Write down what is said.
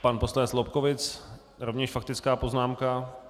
Pan poslanec Lobkowicz, rovněž faktická poznámka.